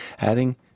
adding